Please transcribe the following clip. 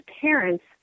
parents